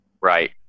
right